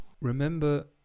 remember